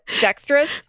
dexterous